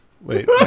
Wait